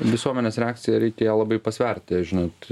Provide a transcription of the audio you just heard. visuomenės reakcija reikia ją labai pasverti žinot